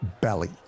belly